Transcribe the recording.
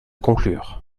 conclure